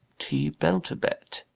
t. belturbet.